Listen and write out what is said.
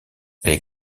est